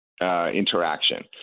interaction